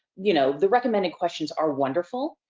you know, the recommended questions are wonderful,